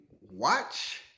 watch